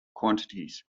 quantities